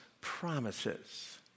promises